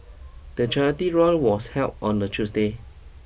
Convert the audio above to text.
the charity run was held on a Tuesday